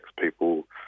people